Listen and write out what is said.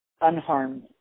unharmed